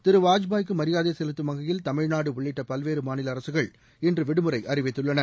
திரு வாஜ்பாய்க்கு மரியாதை செலுத்தும் வகையில் தமிழ்நாடு உள்ளிட்ட பல்வேறு மாநில அரசுகள் இன்று விடுமுறை அறிவித்துள்ளன